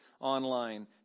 Online